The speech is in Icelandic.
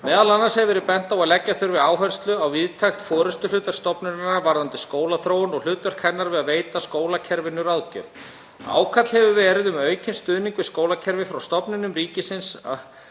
Meðal annars hefur verið bent á að leggja þurfi áherslu á víðtækt forystuhlutverk stofnunarinnar varðandi skólaþróun og hlutverk hennar við að veita skólakerfinu ráðgjöf. Ákall hefur verið um aukinn stuðning við skólakerfið frá stofnunum ríkisins á